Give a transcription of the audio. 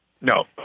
No